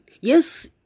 Yes